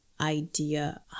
idea